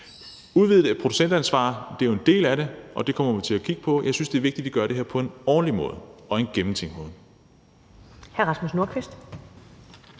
Udvidet producentansvar er jo en del af det, og det kommer vi til at kigge på. Jeg synes, det er vigtigt, at vi gør det her på en ordentlig måde og en gennemtænkt måde.